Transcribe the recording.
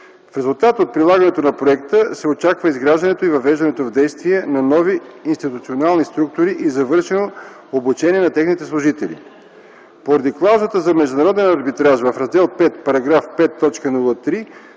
В резултат от прилагането на проекта се очаква изграждането и въвеждането в действие на нови институционални структури и завършено обучение на техните служители. Поради клаузата за международен арбитраж в Раздел 5, § 5.03